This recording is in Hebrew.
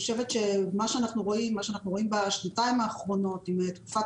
מה שאנחנו רואים בשנתיים האחרונות בתקופת